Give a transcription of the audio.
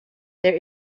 there